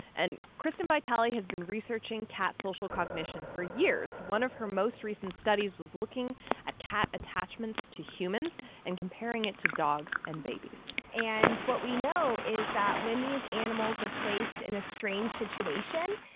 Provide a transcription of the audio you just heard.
and kristyn vitale has been researching cat social cognition for years. one of her most recent studies was looking at cat attachments to humans and comparing it to dogs and babies and what we know is that when these animals are placed in a strange situation,